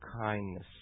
kindness